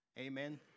Amen